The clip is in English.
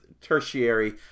tertiary